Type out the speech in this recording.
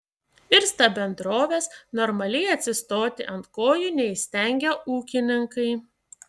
irsta bendrovės normaliai atsistoti ant kojų neįstengia ūkininkai